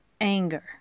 anger